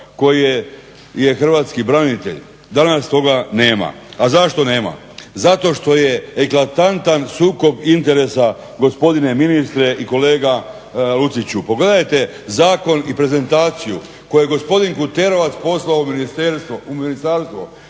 koje je hrvatski branitelj, danas toga nema. A zašto nema? Zato što je eklatantan sukob interesa gospodine ministre i kolega Luciću. Pogledajte zakon i prezentaciju koju je gospodin Kuterovac poslao u ministarstvo,